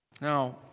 Now